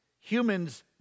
humans